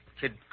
Kid